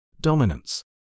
dominance